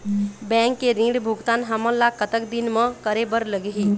Bank के ऋण भुगतान हमन ला कतक दिन म करे बर लगही?